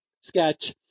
sketch